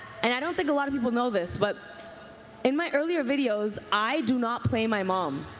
and i don't think a lot of people know this. but in my earlier videos, i do not play my mom.